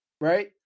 Right